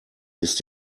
ist